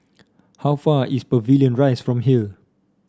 how far is Pavilion Rise from here